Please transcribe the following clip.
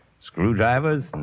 Screwdrivers